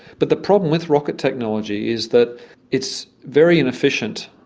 but the problem with rocket technology is that it's very inefficient,